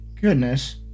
Goodness